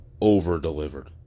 over-delivered